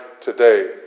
today